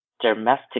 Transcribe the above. domestic